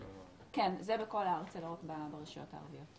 זה בכל הארץ, זה לא רק ברשויות הערביות.